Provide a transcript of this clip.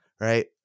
Right